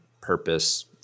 purpose